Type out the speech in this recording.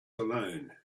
alone